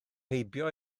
heibio